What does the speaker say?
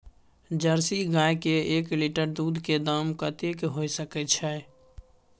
Jersey गाय के एक लीटर दूध के दाम कतेक होय सके छै?